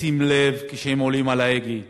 לשים לב כשהם עולים על ההגה.